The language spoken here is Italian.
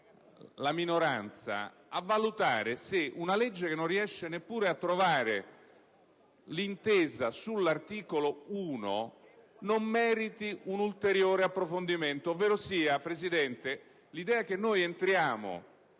la minoranza a valutare se una legge che non riesce neppure a trovare l'intesa sul primo articolo non meriti un ulteriore approfondimento. Voglio dire, Presidente, che noi possiamo